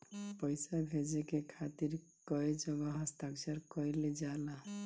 पैसा भेजे के खातिर कै जगह हस्ताक्षर कैइल जाला?